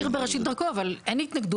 התזכיר בראשית דרכו אבל אין התנגדות